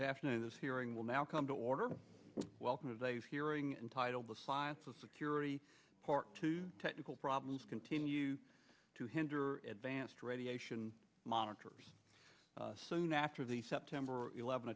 good afternoon this hearing will now come to order well today's hearing entitled the science of security part two technical problems continue to hinder advanced radiation monitors soon after the september eleven